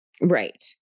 Right